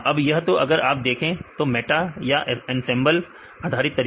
अब या तो अगर आप देखे हैं मेटा या एंसेंबल आधारित तरीका